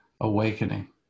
awakening